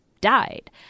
died